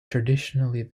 traditionally